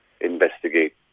investigate